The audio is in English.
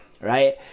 Right